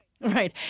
Right